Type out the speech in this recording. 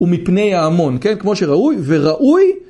ומפני ההמון, כן? כמו שראוי, וראוי.